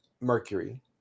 Mercury